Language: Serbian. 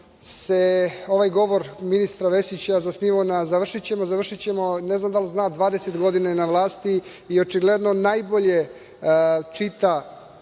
se ovaj govor ministra Vesića zasnivao na završićemo, završićemo, ne znam da li zna 20 godina je na vlasti i očigledno najbolje čita